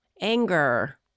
anger